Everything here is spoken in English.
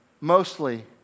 mostly